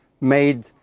made